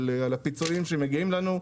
בעניין הפיצויים שמגיעים לנו.